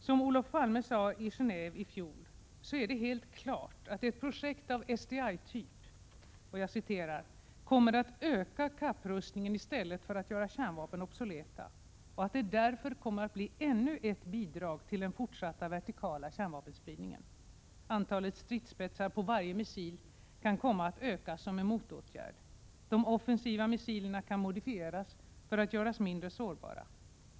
Som Olof Palme sade i Geneve i fjol, är det helt klart att ett projekt av SDI-typ ”kommer att öka kapprustningen i stället för att göra kärnvapen obsoleta och att det därför kommer att bli ännu ett bidrag till den fortsatta vertikala kärnvapenspridningen. Antalet stridsspetsar på varje missil kan komma att ökas som en motåtgärd. De offensiva missilerna kan modifieras för att göras mindre sårbara.